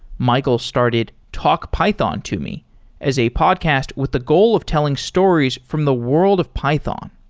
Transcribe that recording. michael started talk python to me as a podcast with the goal of telling stories from the world of python.